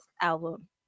album